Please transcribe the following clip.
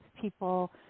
people